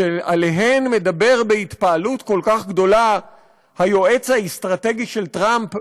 שעליהן מדבר בהתפעלות כל כך גדולה היועץ האסטרטגי של טראמפ,